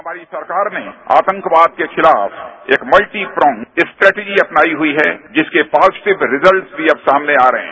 हमारी सरकार ने आतंकवाद के खिलाफ एक मल्टी फरोम स्ट्रेजी अपनाई हुई है जिसके पॉजिटीव रिजल्ट भी अब समाने आ रहे है